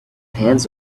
hands